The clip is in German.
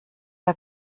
der